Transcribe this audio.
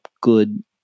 good